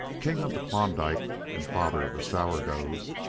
king of the klondike, and father of the sourdoughs,